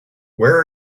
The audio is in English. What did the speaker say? where